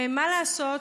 ומה לעשות,